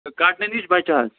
کَڑنہٕ نِش بَچہِ حظ